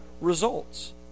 results